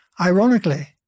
Ironically